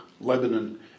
Lebanon